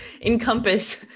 encompass